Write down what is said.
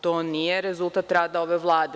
To nije rezultat rada ove Vlade.